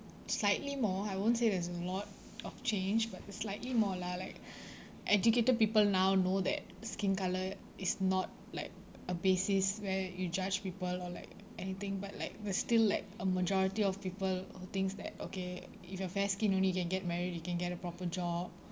slightly more I won't say there's a lot of change but slightly more lah like educated people now know that skin colour is not like a basis where you judge people or like anything but like there's still like a majority of people who thinks that okay if you're fair-skinned only you can get married you can get a proper job